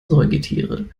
säugetiere